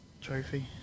trophy